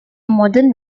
modern